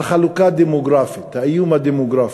על חלוקה דמוגרפית, האיום הדמוגרפי.